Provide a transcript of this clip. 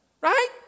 Right